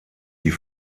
die